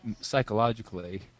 psychologically